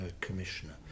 commissioner